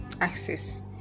access